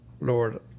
lord